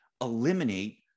eliminate